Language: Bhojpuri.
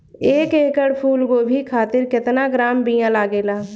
एक एकड़ फूल गोभी खातिर केतना ग्राम बीया लागेला?